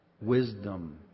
Wisdom